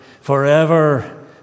forever